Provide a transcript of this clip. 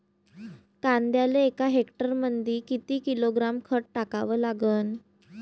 कांद्याले एका हेक्टरमंदी किती किलोग्रॅम खत टाकावं लागन?